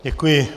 Děkuji.